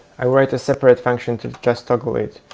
i will write a separate function to just toggle it.